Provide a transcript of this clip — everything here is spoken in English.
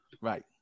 Right